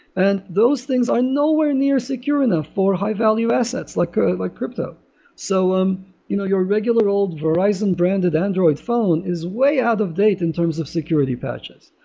and those things are nowhere near secure enough for high-value assets, like ah like crypto so um you know your regular old verizon branded android phone is way out of date in terms of security patches.